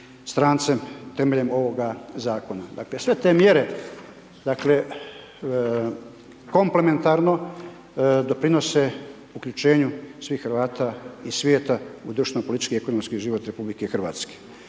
strancem temeljem ovoga zakona. Dakle sve te mjere, dakle komplementarno doprinose uključenju svih Hrvata iz svijeta u društveno politički i ekonomski život RH. Odbor za Hrvate